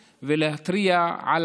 לא שאנחנו אטומים למגפה ולסכנותיה,